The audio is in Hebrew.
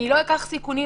אני לא אקח סיכונים.